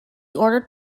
ordered